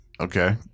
Okay